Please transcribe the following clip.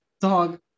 Dog